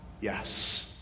yes